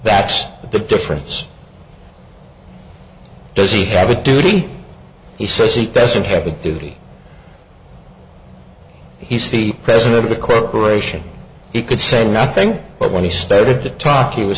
that's the difference does he have a duty he says he doesn't have a duty he's the president of the corporation he could say nothing but when he stared at the top he was